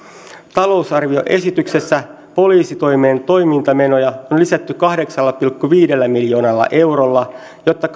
talousarvioesityksessä poliisitoimen toimintamenoja on lisätty kahdeksalla pilkku viidellä miljoonalla eurolla jotta